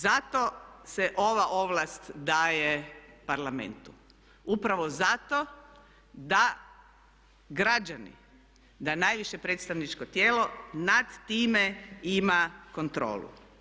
Zato se ova ovlast daje Parlamentu, upravo zato da građani, da najviše predstavničko tijelo nad time ima kontrolu.